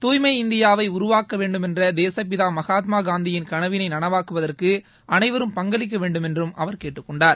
தூய்மை இந்தியாவை உருவாக்க வேண்டுமென்ற தேசப்பிதா மகாத்மாகாந்தியின் கனவினை நனவாக்குவதற்கு அனைவரும் பங்களிக்க வேண்டுமென்றம் அவர் கேட்டுக் கொண்டார்